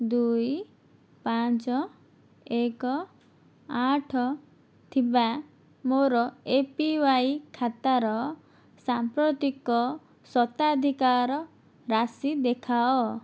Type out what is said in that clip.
ଦୁଇ ପାଞ୍ଚ ଏକ ଆଠ ଥିବା ମୋର ଏ ପି ୱାଇ ଖାତାର ସାମ୍ପ୍ରତିକ ଶତାଧିକାର ରାଶି ଦେଖାଅ